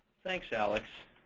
thanks, alex.